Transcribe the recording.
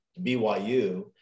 BYU